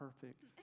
perfect